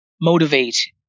motivate